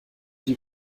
die